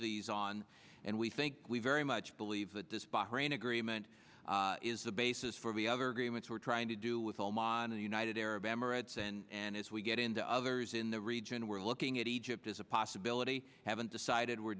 these on and we think we very much believe that this bahrain agreement is the basis for the other agreements we're trying to do with oman the united arab emirates and as we get into others in the region we're looking at egypt as a possibility haven't decided we're